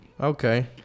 Okay